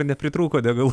nepritrūko degalų